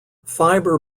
fibre